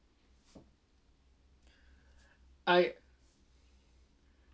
I